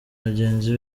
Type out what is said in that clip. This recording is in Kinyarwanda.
bagenzi